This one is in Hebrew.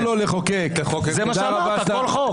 זה מה שאמרת, כל חוק.